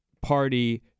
party